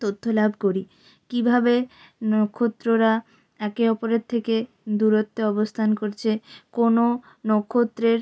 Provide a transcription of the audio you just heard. তথ্য লাভ করি কীভাবে নক্ষত্ররা একে অপরের থেকে দূরত্বে অবস্থান করছে কোনো নক্ষত্রের